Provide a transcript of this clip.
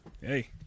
Hey